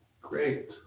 Great